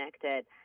connected